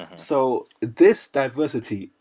and so this diversity,